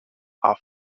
off